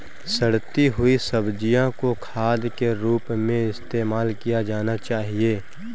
सड़ती हुई सब्जियां को खाद के रूप में इस्तेमाल किया जाना चाहिए